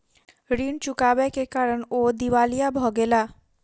ऋण चुकबै के कारण ओ दिवालिया भ गेला